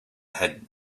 had